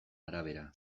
arabera